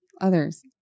Others